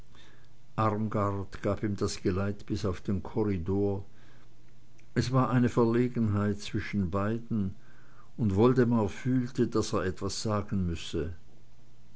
gab ihm das geleit bis auf den korridor es war eine verlegenheit zwischen bei den und woldemar fühlte daß er etwas sagen müsse